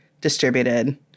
distributed